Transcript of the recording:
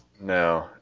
No